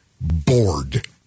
bored